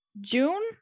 June